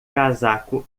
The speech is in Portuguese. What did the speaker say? casaco